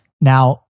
Now